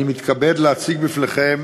אני מתכבד להציג בפניכם